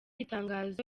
itangazo